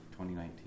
2019